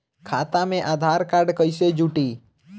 खाता मे आधार कार्ड कईसे जुड़ि?